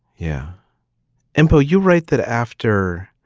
yeah and mpo you write that after.